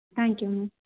thank you ma'am